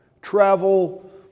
travel